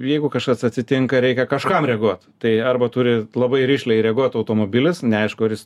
jeigu kažkas atsitinka reikia kažkam reaguot tai arba turi labai rišliai reaguot automobilis neaišku ar jis